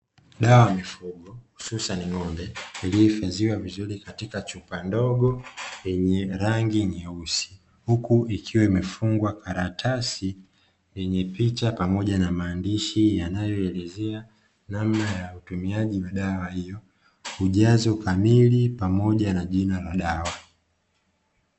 Dawa ya mifugo husasani ng'ombe zilizohifadhiwa vizuri katika chupa ndogo yenye rangi nyeusi, huku ikiwa imefungwa karatasi yenye picha pamoja na maandishi yanayoelezea namna ya utumiaji wa dawa hiyo, ujazo kamili pamoja na jina la dawa.